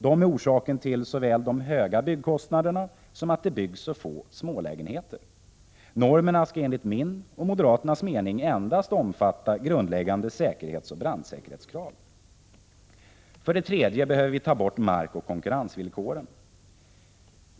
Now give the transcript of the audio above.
De är orsaken till att byggkostnaderna är så höga och till att det byggs så få smålägenheter. Normerna skall enligt min och moderaternas mening endast omfatta grundläggande säkerhetsoch brandsäkerhetskrav. 3. Vi behöver ta bort markoch konkurrensvillkoren.